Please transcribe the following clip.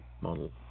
model